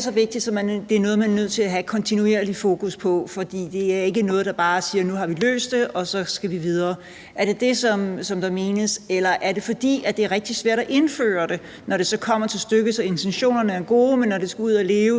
så vigtigt, at det er noget, man er nødt til at have et kontinuerligt fokus på, fordi det ikke er noget, hvorom vi bare kan sige, at vi nu har løst det og vi nu skal videre? Er det det, der menes? Eller er det, fordi det er rigtig svært at indføre det, når det så kommer til stykket? Intentionerne er gode, men når det skal ud at leve,